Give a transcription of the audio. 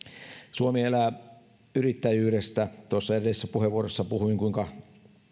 suomi elää yrittäjyydestä tuossa edellisessä puheenvuorossa puhuin kuinka